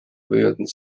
võivad